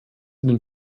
den